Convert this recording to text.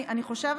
אני חושבת,